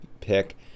pick